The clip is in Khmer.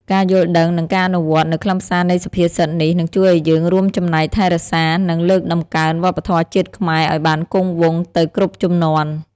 ការយល់ដឹង និងការអនុវត្តនូវខ្លឹមសារនៃសុភាសិតនេះ នឹងជួយឱ្យយើងរួមចំណែកថែរក្សា និងលើកតម្កើងវប្បធម៌ជាតិខ្មែរឱ្យបានគង់វង្សទៅគ្រប់ជំនាន់។